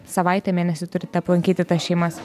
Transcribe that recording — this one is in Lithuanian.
savaitę mėnesį turite aplankyti tas šeimas